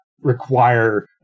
require